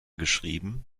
geschrieben